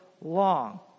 long